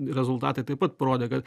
rezultatai taip pat parodė kad